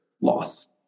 loss